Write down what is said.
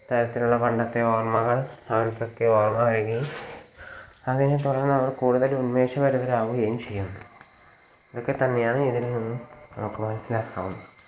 തരത്തിലുള്ള പണ്ടത്തെ ഓർമ്മകൾ നമുക്കൊക്കെ ഓർമ്മ വരികേം അതിനെ തുടർന്ന് നമ്മൾ കൂടുതലുന്മേഷഭരിതരാവുകയും ചെയ്യുന്നു ഇതൊക്കെത്തന്നെയാണ് ഇതിൽ നിന്ന് നമുക്ക് മനസ്സിലാക്കാവുന്നത്